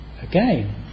Again